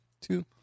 Two